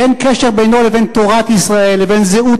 שאין קשר בינו לבין תורת ישראל לבין זהות